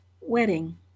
wedding